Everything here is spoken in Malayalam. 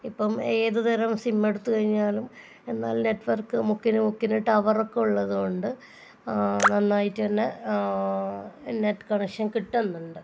ഇപ്പം ഏത് തരം സിമ്മെടുത്ത് കഴിഞ്ഞാലും എന്നാൽ നെറ്റ്വർക്ക് മുക്കിന് മുക്കിന് ടവറൊക്കെ ഉള്ളതുകൊണ്ട് നന്നായിട്ട് തന്നെ നെറ്റ് കണക്ഷൻ കിട്ടുന്നുണ്ട്